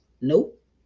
Nope